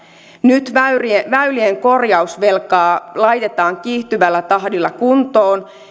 nyt väylien väylien korjausvelkaa laitetaan kiihtyvällä tahdilla kuntoon